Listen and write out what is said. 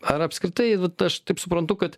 ar apskritai vat aš taip suprantu kad